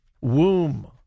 womb